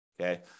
okay